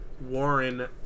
Warren